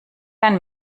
kein